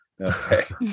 Okay